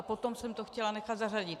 Potom jsem to chtěla nechat zařadit.